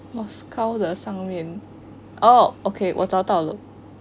moscow 的上面 oh okay 我找到了